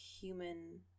human